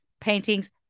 paintings